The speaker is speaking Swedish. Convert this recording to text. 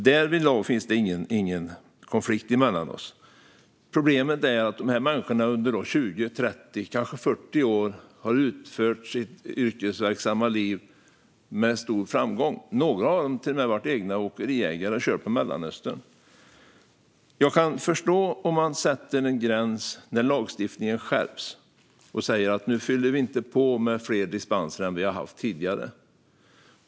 Därvidlag finns det alltså ingen konflikt mellan oss. Problemet är att de här människorna under 20, 30 eller kanske 40 år har utfört sitt yrke med stor framgång. Några av dem har till och med varit åkeriägare och kört på Mellanöstern. Jag kan förstå om man sätter en gräns när lagstiftningen skärps och säger att nu fyller vi inte på med fler dispenser än vi har haft tidigare.